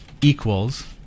equals